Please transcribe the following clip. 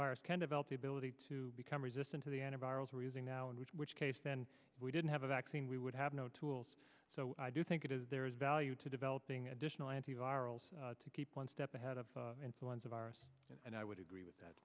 virus can develop the ability to become resistant to the enrolls we're using now in which case then we didn't have a vaccine we would have no tools so i do think it is there is value to developing additional antivirals to keep one step ahead of influenza virus and i would agree with that